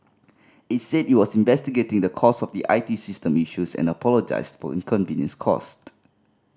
it said it was investigating the cause of the I T system issues and apologised for inconvenience caused